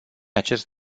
acest